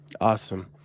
awesome